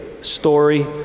story